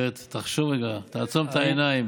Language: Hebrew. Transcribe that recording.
אחרת, תחשוב רגע, תעצום את העיניים